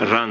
erään